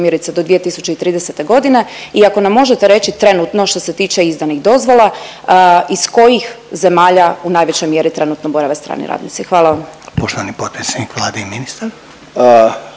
primjerice do 2030. godine i ako nam možete reći trenutno što se tiče izdanih dozvola, iz kojih zemalja u najvećoj mjeri trenutno borave strani radnici? Hvala vam. **Reiner, Željko (HDZ)** Poštovani